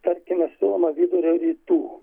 tarkime siūloma vidurio rytų